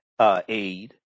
aid